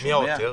מי העותר?